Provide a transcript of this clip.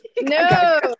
no